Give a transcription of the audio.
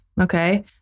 Okay